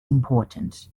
important